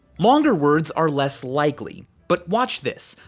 longer words are less likely, but watch this.